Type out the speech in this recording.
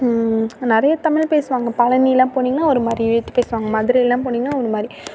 நிறைய தமிழ் பேசுவாங்க பழனிலாம் போனிங்கன்னா ஒரு மாதிரி ஏற்றி பேசுவாங்க மதுரைலாம் போனிங்கனா ஒருமாதிரி